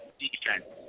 defense